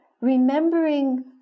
remembering